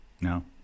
No